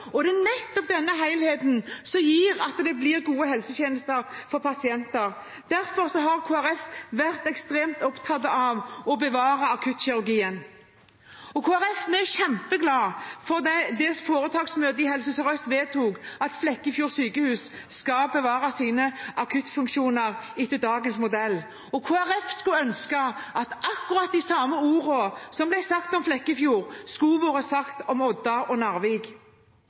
og laboratorietjenester, og det er nettopp denne helheten som gjør at det blir gode helsetjenester for pasientene. Derfor har Kristelig Folkeparti vært ekstremt opptatt av å bevare akuttkirurgien. I Kristelig Folkeparti er vi kjempeglade for at foretaksmøtet i Helse Sør-Øst vedtok at Flekkefjord sykehus skal bevare sine akuttfunksjoner etter dagens modell. Kristelig Folkeparti skulle ønske at akkurat de samme ordene som ble sagt om Flekkefjord, ble sagt om Odda og Narvik.